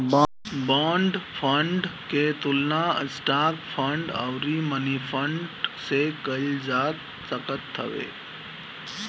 bond fund के तुलना stock fund अउरी मनीफंड से कईल जा सकत हवे